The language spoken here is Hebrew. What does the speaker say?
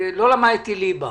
למדתי לימודי ליבה